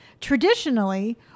Traditionally